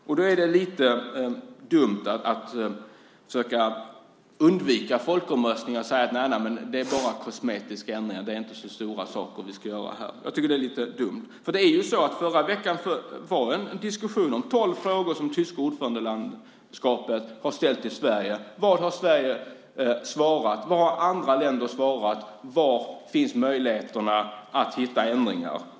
Det är lite dumt att försöka undvika folkomröstningar och säga att det bara är kosmetiska ändringar och att det inte är så stora saker som ska göras. Jag tycker att det är lite dumt. Förra veckan var det en diskussion om tolv frågor som det tyska ordförandeskapet har ställt till Sverige. Vad har Sverige svarat? Vad har andra länder svarat? Var finns möjligheterna att hitta ändringar?